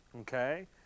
okay